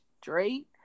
straight